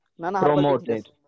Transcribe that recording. Promoted